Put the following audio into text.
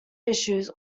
issues